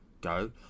go